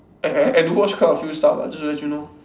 I I I I do watch quite a few stuff ah just to let you know